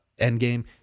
Endgame